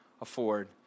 afford